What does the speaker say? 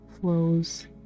flows